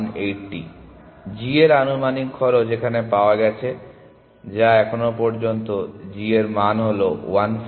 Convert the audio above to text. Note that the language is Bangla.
g এর আনুমানিক খরচ এখানে পাওয়া গ্যাছে যা এখন পর্যন্ত g এর মান যেটা হলো 150